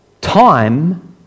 Time